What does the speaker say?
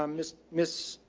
um miss miss